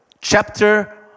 Chapter